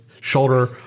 shoulder